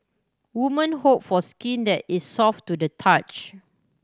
woman hope for skin that is soft to the touch